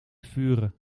vuren